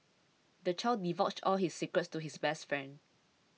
the child divulged all his secrets to his best friend